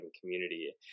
community